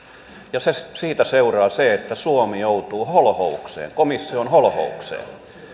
siitä seuraa se että suomi joutuu holhoukseen komission holhoukseen